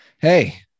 hey